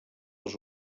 als